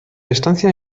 estancia